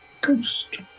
Ghost